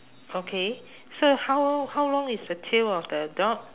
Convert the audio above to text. okay so how long how long is the tail of the dog